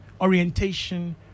orientation